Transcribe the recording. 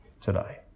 today